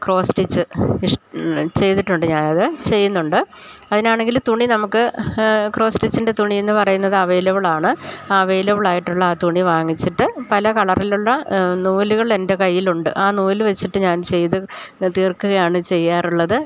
cross stitch ഇഷ് ഇന്ന് ചെയ്തിട്ടുണ്ട് ഞാൻ അത് ചെയ്യുന്നുണ്ട് അതിനാണെങ്കിൽ തുണി നമുക്ക് ക്രോസ് സ്റ്റിച്ചിൻ്റെ തുണീന്ന് പറയുന്നത് അവൈലബ്ളാണ് അവൈലബ്ളായിട്ടുള്ള ആ തുണി വാങ്ങിച്ചിട്ട് പല കളറിലുള്ള നൂലുകൾ എന്റെ കയ്യിലുണ്ട് ആ നൂല് വെച്ചിട്ട് ഞാൻ ചെയ്ത് തീർക്കുകയാണ് ചെയ്യാറുള്ളത്